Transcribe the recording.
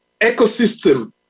ecosystem